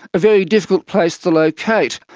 a very difficult place to locate.